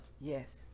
Yes